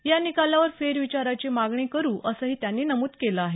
या निकालावर फेर विचाराची मागणी करू असंही त्यांनी नमुद केलं आहे